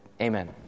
amen